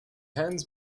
hands